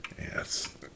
Yes